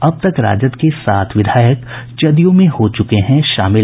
अब तक राजद के सात विधायक जदयू में हो चुके हैं शमिल